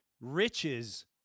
riches